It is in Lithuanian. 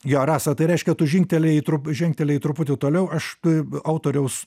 jo rasa tai reiškia tu žingtelėjai į trup žengtelėjai truputį toliau aš t autoriaus